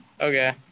okay